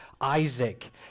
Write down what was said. Isaac